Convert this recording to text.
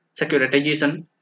Securitization